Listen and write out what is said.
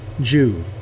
Jew